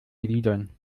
gliedern